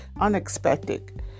unexpected